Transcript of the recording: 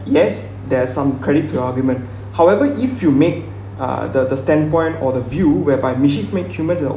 yes there's some credit to argument however if you make uh the the standpoint or the view whereby machines make humans that